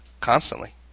constantly